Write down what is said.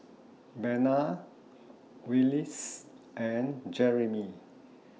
Bena Willis and Jerimy